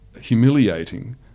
humiliating